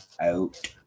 out